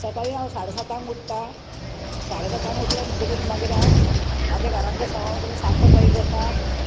सकाळीं हांव साडे सातांक उठता साडे सातांक उठलें म्हुटकूत मागीर हांव म्हाजें घरांतलें सगलें साफ सफाई करता